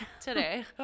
today